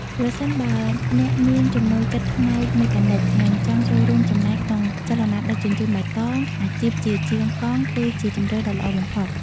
ប្រសិនបើអ្នកមានចំណូលចិត្តផ្នែកមេកានិក និងចង់ចូលរួមចំណែកក្នុងចលនាដឹកជញ្ជូនបៃតង អាជីពជាជាងកង់គឺជាជម្រើសដ៏ល្អបំផុត។